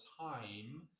time